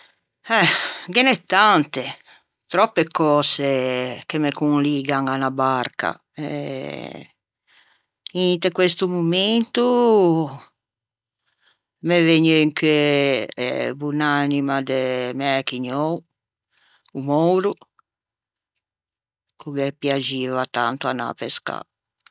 Eh ghe n'é tante, tròppe cöse che me conligan à unna barca. Inte questo momento me vëgne in cheu bonanima de mæ cugnou o Mouro che ghe piaxeiva tanto pescâ.